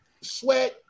sweat